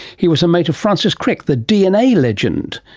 he was a mate of francis crick, the dna legend.